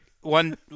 one